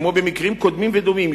כמו במקרים קודמים ודומים,